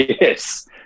yes